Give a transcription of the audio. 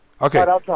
Okay